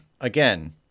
again